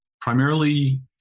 primarily